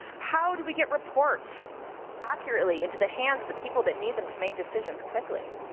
how do we get reports accurately into the hands of the people that need them to make decisions quickly?